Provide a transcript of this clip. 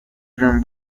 dream